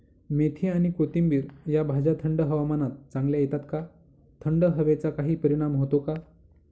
मेथी आणि कोथिंबिर या भाज्या थंड हवामानात चांगल्या येतात का? थंड हवेचा काही परिणाम होतो का?